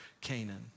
Canaan